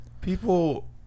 People